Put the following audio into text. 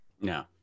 No